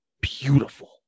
beautiful